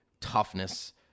toughness